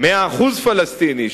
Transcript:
100% פלסטיני,